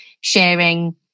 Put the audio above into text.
sharing